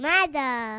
Mother